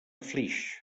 flix